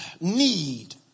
need